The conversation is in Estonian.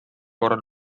korral